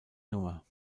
nummer